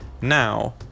now